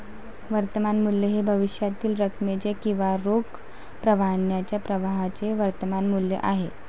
वर्तमान मूल्य हे भविष्यातील रकमेचे किंवा रोख प्रवाहाच्या प्रवाहाचे वर्तमान मूल्य आहे